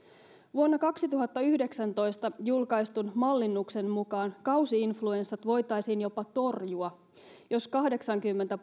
vuonna kaksituhattayhdeksäntoista julkaistun mallinnuksen mukaan kausi influenssat voitaisiin jopa torjua jos kahdeksankymmentä prosenttia